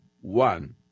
one